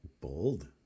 Bold